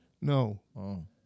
No